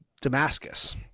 Damascus